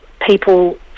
people